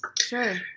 Sure